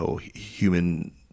human